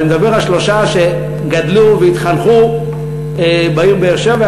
אבל אני מדבר על שלושה שגדלו והתחנכו בעיר באר-שבע,